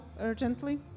urgently